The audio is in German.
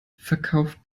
verkauft